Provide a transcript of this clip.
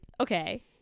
Okay